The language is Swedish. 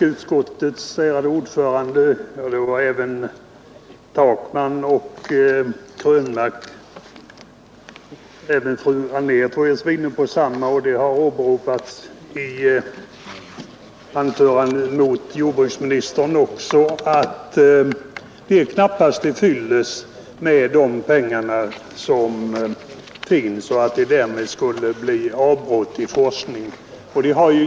Utskottets ärade ordförande och även herr Takman, herr Krönmark och fru Anér har dock i anföranden mot jordbruksministern åberopat att det knappast är till fyllest med de pengar som finns och att det därmed skulle bli avbrott i forskningen.